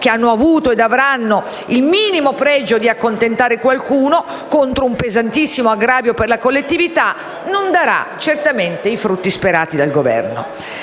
che hanno avuto e avranno il minimo pregio di accontentare qualcuno - contro un pesantissimo aggravio per la collettività - non daranno certamente i frutti sperati dal Governo.